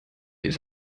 ist